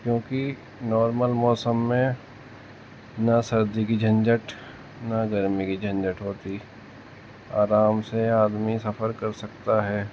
کیونکہ نارمل موسم میں نہ سردی کی جھنجھٹ نہ گرمی کی جھنجھٹ ہوتی آرام سے آدمی سفر کر سکتا ہے